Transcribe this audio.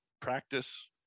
practice